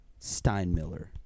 Steinmiller